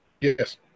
Yes